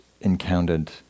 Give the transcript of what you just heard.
encountered